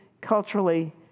culturally